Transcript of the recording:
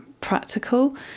practical